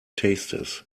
tastes